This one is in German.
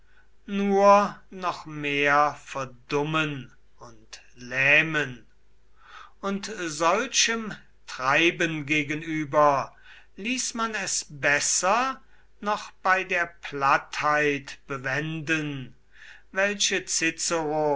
nur noch mehr verdummen und lähmen und solchem treiben gegenüber ließ man es besser noch bei der plattheit bewenden welche